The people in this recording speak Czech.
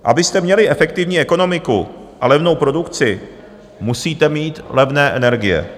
Abyste měli efektivní ekonomiku a levnou produkci, musíte mít levné energie.